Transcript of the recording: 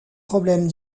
problèmes